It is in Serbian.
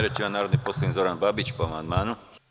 Reč ima narodni poslanik Zoran Babić po amandmanu.